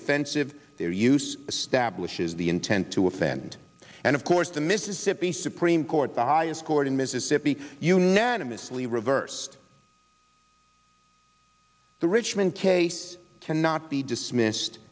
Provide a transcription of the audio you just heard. offensive their use stablish is the intent to offend and of course the mississippi supreme court the highest court in mississippi unanimously reversed the richmond case cannot be dismissed